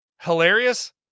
hilarious